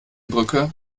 brücke